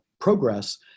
progress